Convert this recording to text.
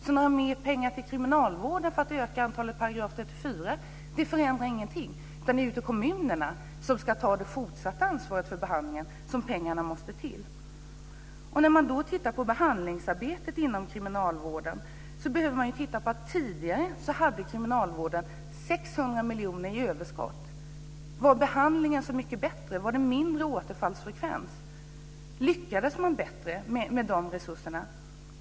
Att ge mer pengar kriminalvården för att öka antalet § 34-placeringar förändrar ingenting. Det är kommunerna som måste ha mer pengar eftersom de ska ta det fortsatta ansvaret för behandlingen. Beträffande behandlingsarbetet hade kriminalvården tidigare 600 miljoner i överskott. Var behandlingen bättre då? Var det mindre återfallsfrekvens? Lyckades man bättre med dessa resurser?